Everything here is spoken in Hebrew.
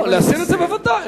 לא, להסיר את זה, בוודאי.